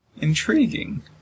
Intriguing